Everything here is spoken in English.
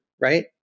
right